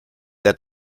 that